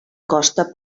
costa